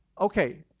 okay